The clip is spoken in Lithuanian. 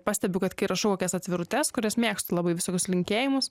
pastebiu kad kai rašau kokias atvirutes kurias mėgstu labai visokius linkėjimus